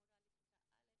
מורה בכיתה א',